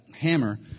hammer